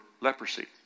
leprosy